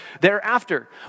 thereafter